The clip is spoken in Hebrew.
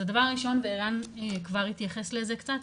אז הדבר הראשון וערן כבר התייחס לזה קצת,